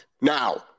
Now